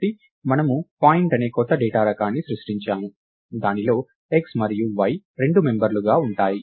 కాబట్టి మనము పాయింట్ అనే కొత్త డేటా రకాన్ని సృష్టించాము దానిలో x మరియు y రెండు మెంబర్లుగా ఉంటాయి